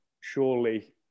surely